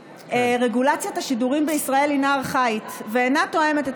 רגולציית השידורים בישראל היא ארכאית ואינה תואמת את